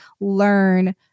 Learn